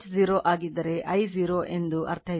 H 0 ಆಗಿದ್ದರೆ I 0 ಎಂದು ಅರ್ಥೈಸಬೇಕು